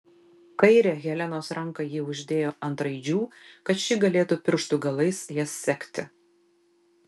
kairę helenos ranką ji uždėjo ant raidžių kad ši galėtų pirštų galais jas sekti